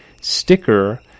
sticker